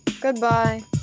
Goodbye